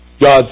God